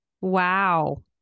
Wow